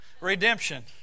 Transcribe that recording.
Redemption